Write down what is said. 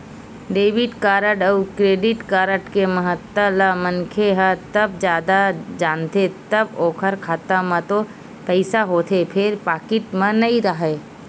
debit card अउ credit card के महत्ता ल मनखे ह तब जादा जानथे जब ओखर खाता म तो पइसा होथे फेर पाकिट म नइ राहय